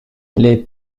les